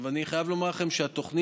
אני חייב לומר לכם שהתוכנית